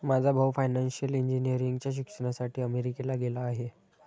माझा भाऊ फायनान्शियल इंजिनिअरिंगच्या शिक्षणासाठी अमेरिकेला गेला आहे